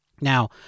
Now